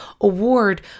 award